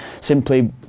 simply